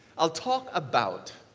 i'll talk about.